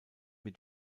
mit